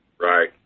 Right